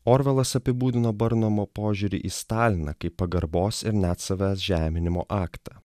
orvelas apibūdino burnamo požiūrį į staliną kaip pagarbos ir net savęs žeminimo aktą